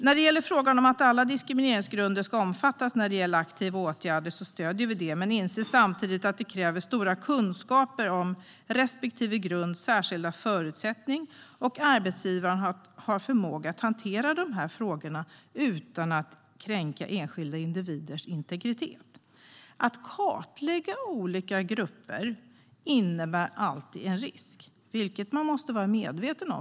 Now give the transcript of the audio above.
Förslaget om att alla diskrimineringsgrunder ska omfattas i fråga om aktiva åtgärder stöder vi, men vi inser samtidigt att det kräver stora kunskaper om respektive grunds särskilda förutsättningar och att arbetsgivaren har förmåga att hantera dessa frågor utan att kränka enskilda individers integritet. Att kartlägga olika grupper innebär alltid en risk, vilket man måste vara medveten om.